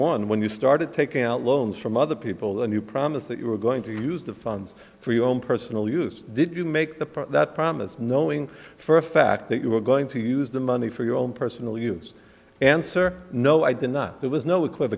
one when you started taking out loans from other people than you promise that you were going to use the funds for your own personal use did you make the point that promised knowing for a fact that you were going to use the money for your own personal use answer no i did not there was no equi